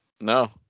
No